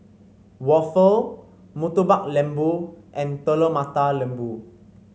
waffle Murtabak Lembu and Telur Mata Lembu